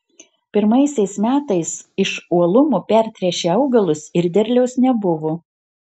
pirmaisiais metais iš uolumo pertręšė augalus ir derliaus nebuvo